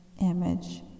image